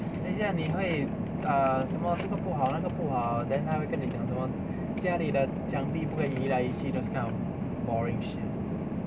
等一下你会 err 什么这个不好那个不好 then 他会跟你讲什么家里的墙壁不可以移来移去 those kind of boring shit